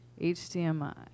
HDMI